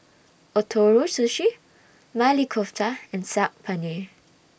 Ootoro Sushi Maili Kofta and Saag Paneer